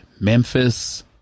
Memphis